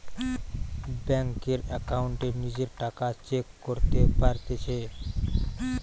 বেংকের একাউন্টে নিজের টাকা চেক করতে পারতেছি